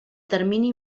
termini